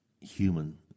human